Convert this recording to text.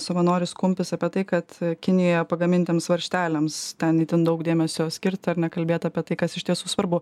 savanoris kumpis apie tai kad kinijoje pagamintiems varžteliams ten itin daug dėmesio skirta ir nekalbėt apie tai kas iš tiesų svarbu